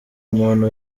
umuntu